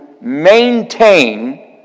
maintain